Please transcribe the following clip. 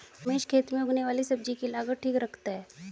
रमेश खेत में उगने वाली सब्जी की लागत ठीक रखता है